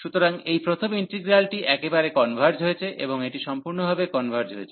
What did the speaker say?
সুতরাং এই প্রথম ইন্টিগ্রালটি একেবারে কনভার্জ হয়েছে এবং এটা সম্পূর্ণভাবে কনভার্জ হয়েছে